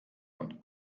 und